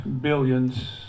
billions